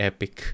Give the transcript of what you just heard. Epic